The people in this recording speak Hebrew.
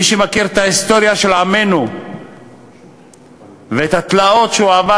מי שמכיר את ההיסטוריה של עמנו ואת התלאות שהוא עבר,